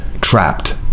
trapped